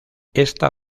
esta